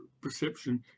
perception